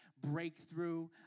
breakthrough